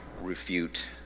refute